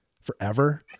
forever